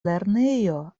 lernejo